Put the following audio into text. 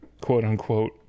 quote-unquote